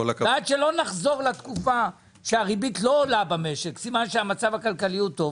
עד שלא נחזור לתקופה שהריבית לא עולה במשק והמצב הכלכלי הוא טוב.